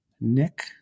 Nick